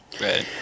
Right